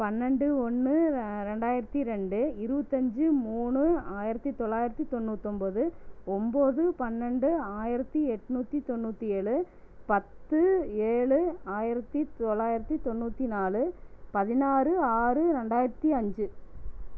பன்னெண்டு ஒன்று ரெண்டாயிரத்தி ரெண்டு இருபத்தஞ்சு மூணு ஆயிரத்தி தொள்ளாயிரத்தி தொண்ணூத்தொம்பது ஒம்பது பன்னெண்டு ஆயிரத்தி எண்ணூத்தி தொண்ணூத்தி ஏழு பத்து ஏழு ஆயிரத்தி தொள்ளாயிரத்தி தொண்ணூற்றி நாலு பதினாறு ஆறு ரெண்டாயிரத்தி அஞ்சு